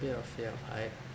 bit of fear of height